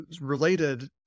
related